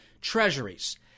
treasuries